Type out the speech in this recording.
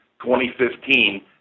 2015